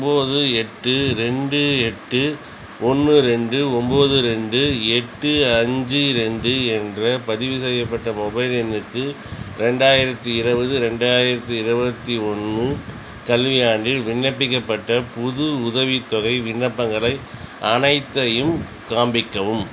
ஒன்பது எட்டு ரெண்டு எட்டு ஒன்று ரெண்டு ஒன்பது ரெண்டு எட்டு அஞ்சு ரெண்டு என்ற பதிவுசெய்யப்பட்ட மொபைல் எண்ணுக்கு ரெண்டாயிரத்து இருபது ரெண்டாயிரத்து இருபத்து ஒன்று கல்வியாண்டில் விண்ணப்பிக்கப்பட்ட புது உதவித்தொகை விண்ணப்பங்கள் அனைத்தையும் காண்பிக்கவும்